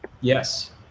Yes